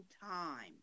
time